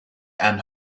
and